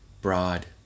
broad